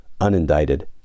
unindicted